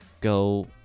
go